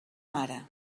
mare